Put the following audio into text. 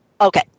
Okay